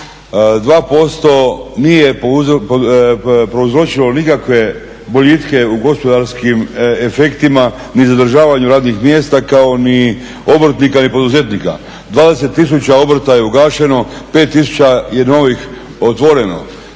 2% nije prouzročilo nikakve boljitke u gospodarskim efektima ni zadržavanju radnih mjesta kao ni obrtnika ni poduzetnika. 20 tisuća obrta je ugašeno, 5 tisuća je novih otvoreno.